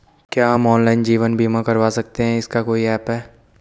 क्या हम ऑनलाइन जीवन बीमा करवा सकते हैं इसका कोई ऐप है?